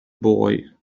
boy